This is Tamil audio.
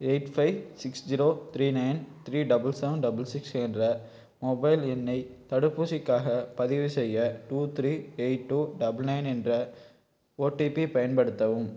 eight five six zero three nine three double seven double six என்ற மொபைல் எண்ணை தடுப்பூசிக்காகப் பதிவு செய்ய two three eight two double nine என்ற ஓடிபி பயன்படுத்தவும்